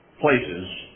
places